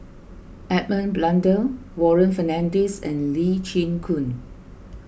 Edmund Blundell Warren Fernandez and Lee Chin Koon